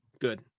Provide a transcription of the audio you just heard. Good